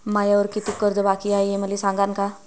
मायावर कितीक कर्ज बाकी हाय, हे मले सांगान का?